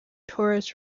torres